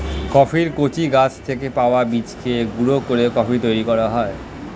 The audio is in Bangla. কফির কচি গাছ থেকে পাওয়া বীজকে গুঁড়ো করে কফি তৈরি করা হয়